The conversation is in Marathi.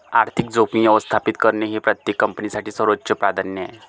आर्थिक जोखीम व्यवस्थापित करणे हे प्रत्येक कंपनीसाठी सर्वोच्च प्राधान्य आहे